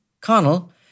Connell